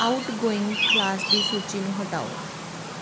outgoing class ਦੀ ਸੂਚੀ ਨੂੰ ਹਟਾਓ